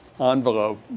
envelope